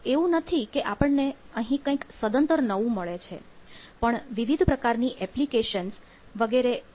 એવું નથી કે આપણને અહીં કંઈક સદંતર નવું મળે છે પણ વિવિધ પ્રકારની એપ્લિકેશન્સ વગેરે અહીં આપણને સર્વિસ તરીકે મળે છે